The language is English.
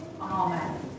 Amen